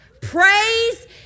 Praise